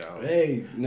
Hey